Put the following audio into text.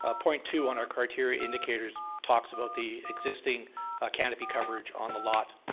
ah point two on our criteria indicators talks about the existing canopy coverage on the lot,